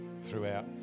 throughout